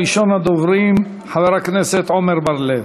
ראשון הדוברים, חבר הכנסת עמר בר-לב,